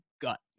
gut